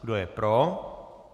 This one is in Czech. Kdo je pro?